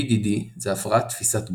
BDD זה הפרעת תפיסת גוף,